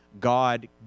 God